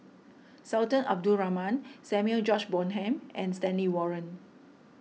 Sultan Abdul Rahman Samuel George Bonham and Stanley Warren